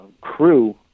crew